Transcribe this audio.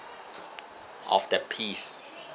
of that piece